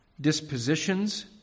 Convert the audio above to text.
dispositions